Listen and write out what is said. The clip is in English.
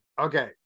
Okay